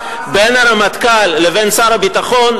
בין הרמטכ"ל לבין שר הביטחון,